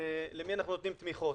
למי נותנים תמיכות.